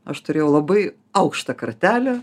aš turėjau labai aukštą kartelę